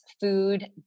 food